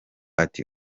ati